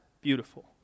beautiful